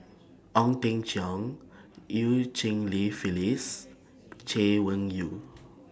Ong Teng Cheong EU Cheng Li Phyllis Chay Weng Yew